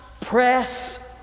press